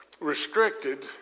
restricted